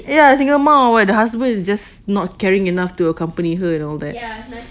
ya single mum or what the husband is just not caring enough to accompany her and all that